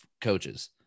coaches